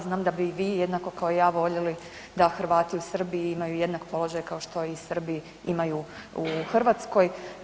Znam da bi vi, jednako kao i ja voljeli da Hrvati u Srbiji imaju jednak položaj kao što i Srbi imaju u Hrvatskoj.